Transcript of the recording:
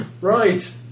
Right